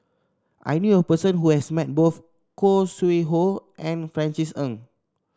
I knew a person who has met both Khoo Sui Hoe and Francis Ng